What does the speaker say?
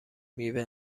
میوه